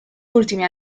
ultimi